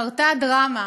קרתה דרמה.